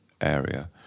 area